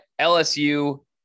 LSU